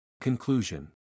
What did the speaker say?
Conclusion